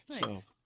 Nice